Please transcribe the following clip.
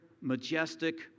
majestic